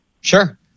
sure